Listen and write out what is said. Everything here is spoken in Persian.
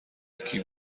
یکی